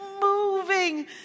moving